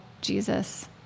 Jesus